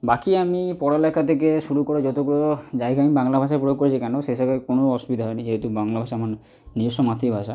বাকি আমি পড়ালেখা থেকে শুরু করে যতগুলো জায়গায় আমি বাংলা ভাষা প্রয়োগ করেছি কেন সেসবে কোনো অসুবিধা হয়নি যেহেতু বাংলা ভাষা আমার নিজস্ব মাতৃভাষা